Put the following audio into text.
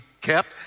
kept